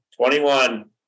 21